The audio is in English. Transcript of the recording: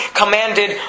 commanded